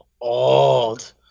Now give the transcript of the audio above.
old